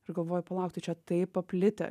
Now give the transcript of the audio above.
ir galvoju palauk tai čia tai paplitę